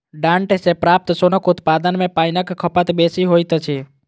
डांट सॅ प्राप्त सोनक उत्पादन मे पाइनक खपत बेसी होइत अछि